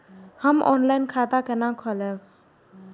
हम ऑनलाइन खाता केना खोलैब?